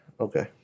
Okay